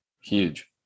huge